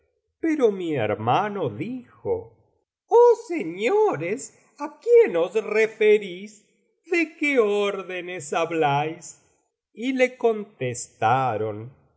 pero mi hermano dijo oh señores a quién os referís de qué órdenes habláis y le contestaron